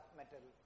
metal